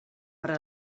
per